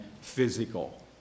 physical